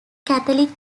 catholic